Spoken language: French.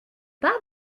pas